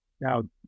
now